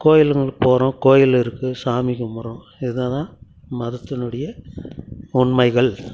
கோவிலுங்களுக்கு போகிறோம் கோயில் இருக்குது சாமி கும்பிடுறோம் இதை தான் மதத்தினுடைய உண்மைகள்